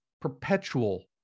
perpetual